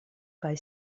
kaj